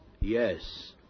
Yes